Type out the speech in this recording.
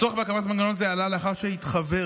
הצורך בהקמת מנגנון זה עלה לאחר שהתחוור